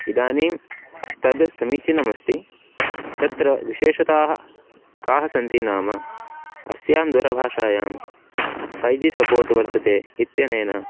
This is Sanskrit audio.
इदानीं तद् समीचीनमस्ति तत्र विशेषताः काः सन्ति नाम अस्यां दूरभाषायां फ़ै जी सपोर्ट् वर्तते इत्यनेन